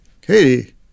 Katie